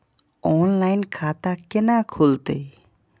Online खाता केना खुलते?